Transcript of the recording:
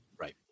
right